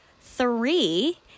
three